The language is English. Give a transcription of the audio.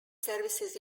services